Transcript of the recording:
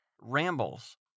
rambles